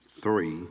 three